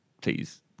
please